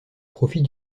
profit